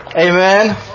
Amen